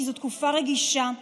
כי זו תקופה רגישה,